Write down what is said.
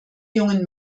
jungen